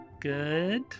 good